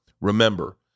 Remember